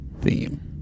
theme